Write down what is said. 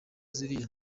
ziriya